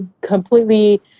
completely